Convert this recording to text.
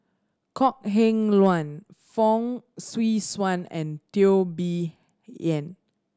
Kok Heng Leun Fong Swee Suan and Teo Bee Yen